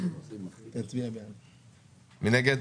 מי נגד?